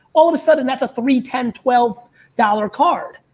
all of a sudden that's a three, ten, twelve dollars card.